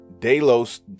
Delos